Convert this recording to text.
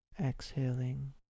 exhaling